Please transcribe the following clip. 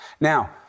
Now